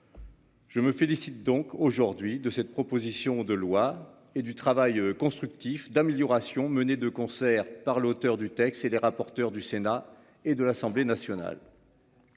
Je me félicite donc aujourd'hui de cette proposition de loi et du travail constructif d'amélioration menée de concert par l'auteur du texte et les rapporteurs du Sénat et de l'Assemblée nationale.--